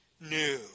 new